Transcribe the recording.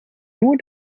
nur